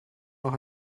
noch